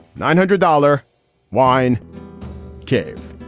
nine hundred dollars wine cave.